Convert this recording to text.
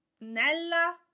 nella